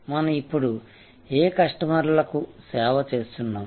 మనం ఇప్పుడు ఏ కస్టమర్లకు సేవ చేస్తున్నాము